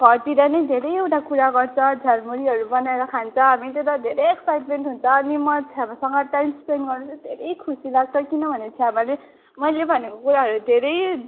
घरतिर नि धेरैवटा कुरा गर्छ झ्यालमुरीहरू बनाएर खान्छ हामी त्यता धेरै एक्साइट्मेन्ट हुन्छ अनि म छ्यामासँग टाइम स्पेन्ड गर्नु धेरै खुसी लाग्छ किनभने छ्यामाले मैले भनेको कुराहरू धेरै